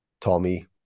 Tommy